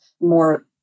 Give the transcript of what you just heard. more